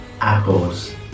Apples